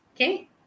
okay